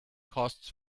costs